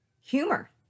humor